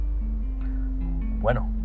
bueno